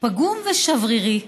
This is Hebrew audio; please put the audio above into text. פגום ושברירי מאוד,